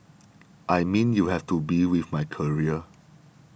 I mean you have to be with my career